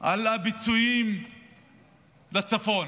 על הפיצויים לצפון,